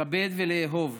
לכבד ולאהוב.